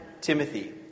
Timothy